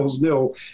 nil